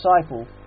disciple